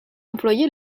employer